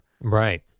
Right